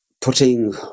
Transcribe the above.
putting